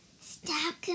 Stop